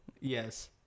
Yes